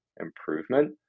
improvement